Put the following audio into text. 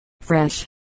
fresh